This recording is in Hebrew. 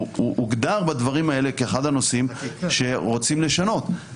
הוא הוגדר בדברים האלה כאחד הנושאים שרוצים לשנות.